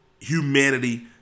humanity